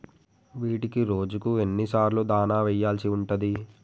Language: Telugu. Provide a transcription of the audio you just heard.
వీటికి రోజుకు ఎన్ని సార్లు దాణా వెయ్యాల్సి ఉంటది?